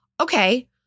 Okay